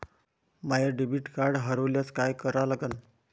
माय debit card हरोल्यास काय करा लागन?